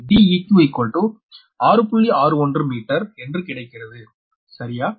61 metre என்று கிடைக்கிறது சரியா